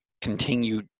continue